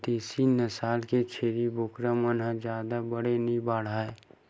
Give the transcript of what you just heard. देसी नसल के छेरी बोकरा मन ह जादा बड़े नइ बाड़हय